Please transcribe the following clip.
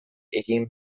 egin